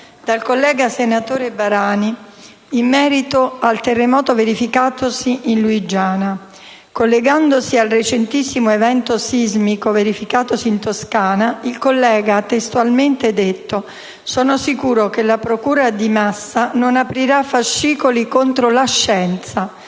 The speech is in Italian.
dal collega senatore Barani, in merito al terremoto verificatosi in Lunigiana. Collegandosi al recentissimo evento sismico verificatosi in Toscana, il collega ha testualmente detto: «Sono sicuro che la procura di Massa non aprirà fascicoli contro la scienza,